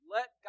Let